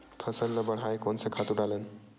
फसल ल बढ़ाय कोन से खातु डालन?